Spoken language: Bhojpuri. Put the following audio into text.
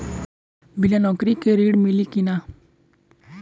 बिना नौकरी के ऋण मिली कि ना?